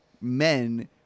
men